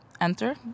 enter